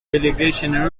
relegation